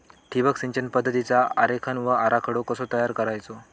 ठिबक सिंचन पद्धतीचा आरेखन व आराखडो कसो तयार करायचो?